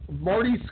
Marty